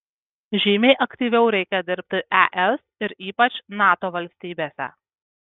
žymiai aktyviau reikia dirbti es ir ypač nato valstybėse